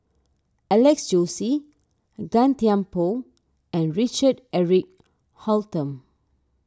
Alex Josey Gan Thiam Poh and Richard Eric Holttum